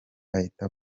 ahita